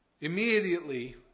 Immediately